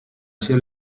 sia